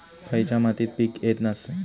खयच्या मातीत पीक येत नाय?